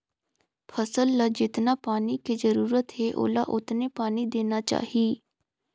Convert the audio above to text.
फसल ल जेतना पानी के जरूरत हे ओला ओतने पानी देना चाही